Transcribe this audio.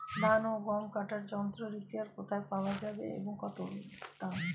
ধান ও গম কাটার যন্ত্র রিপার কোথায় পাওয়া যাবে এবং দাম কত?